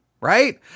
right